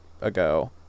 ago